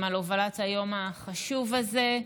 גם על הובלת היום החשוב הזה.